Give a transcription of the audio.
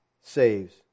saves